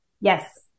Yes